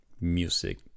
music